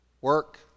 work